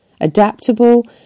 adaptable